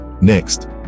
Next